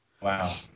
Wow